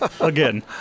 Again